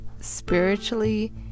spiritually